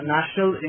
National